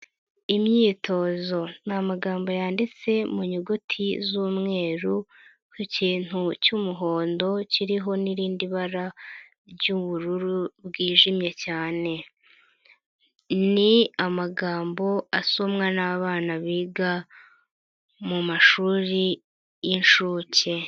Imyitozo ni amagambo yanditse mu nyuguti z'umweru ku kintu cy'umuhondo kiriho n'irindi bara ry'ubururu bwijimye cyane, ni amagambo asomwa n'abana biga mu mashuri y'inshuke.